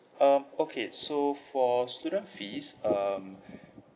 um okay so for student fees um